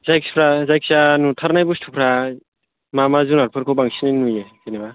जायखिया जायखिया नुथारनाय बुस्थुफ्रा मा मा जुनारफोरखौ बांसिन नुयो जेनेबा